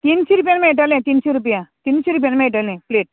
तिनशीं रुपयांक मेळटलें तिनशीं रुपया तिनशीं रुपया मेळटलें प्लेट